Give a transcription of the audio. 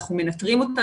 אנחנו מנטרים אותה,